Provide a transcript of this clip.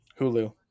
hulu